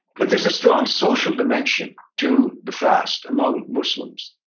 but, there's a strong social dimension to the fast among muslims.